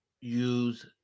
use